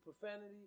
profanity